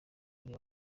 hari